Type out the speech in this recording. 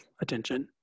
attention